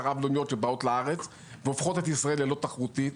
הרב לאומיות שבאות לארץ והופכות את ישראל ללא תחרותית.